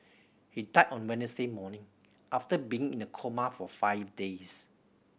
he died on Wednesday morning after being in a coma for five days